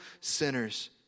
sinners